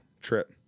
trip